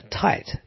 tight